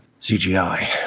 CGI